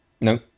no